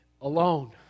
alone